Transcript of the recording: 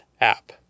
app